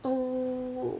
oh